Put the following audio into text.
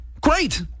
great